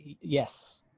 Yes